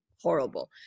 Horrible